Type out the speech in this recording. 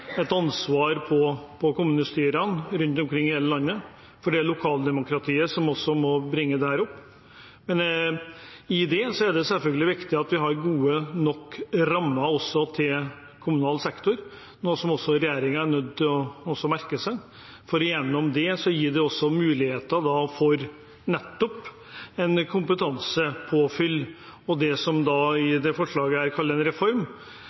et ansvar på kommunestyrene rundt omkring i hele landet, for det er lokaldemokratiet som må bringe dette opp. Men her er det selvfølgelig viktig at vi også har gode nok rammer for kommunal sektor, noe som også regjeringen er nødt til å merke seg, for det vil gi muligheter for kompetansepåfyll og det som i dette forslaget kalles en reform,